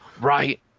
Right